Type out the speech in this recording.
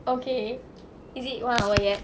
okay is it one hour yet